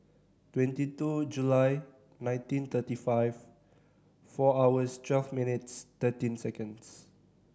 twenty two July nineteen thirty five four hours twelve minutes thirteen seconds